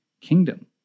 kingdom